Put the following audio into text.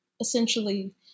essentially